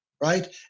right